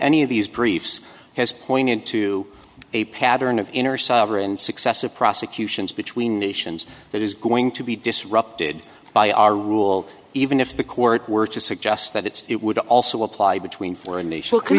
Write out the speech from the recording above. any of these briefs has pointed to a pattern of inner sovereign successive prosecutions between nations that is going to be disrupted by our rule even if the court were to suggest that it's it would also apply between four and